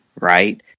right